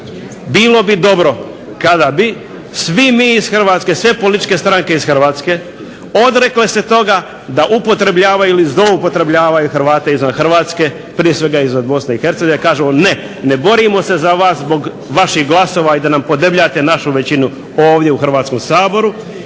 bilo bi dobro kada bi svi mi iz Hrvatske, sve političke stranke iz Hrvatske odrekle se toga da upotrebljavaju ili zloupotrebljavaju Hrvate izvan Hrvatske prije svega iz BIH kažemo ne, ne borimo se za vas zbog vaših glasova i da nam podebljate našu većinu ovdje u Hrvatskom saboru,